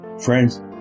Friends